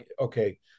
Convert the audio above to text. okay